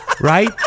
Right